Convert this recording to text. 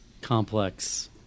complex